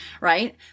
right